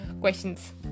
questions